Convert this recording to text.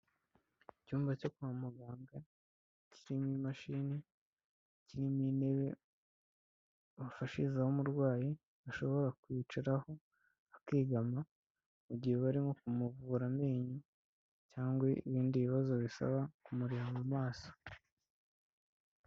Icyumba cyo kwa muganga kirimo imashini kirimo intebe bafashijerizaho umurwayi bashobora kwicaraho akegama mu gihe barimo kumuvura amenyo cyangwa ibindi bibazo bisaba kumureba maso.